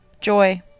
Joy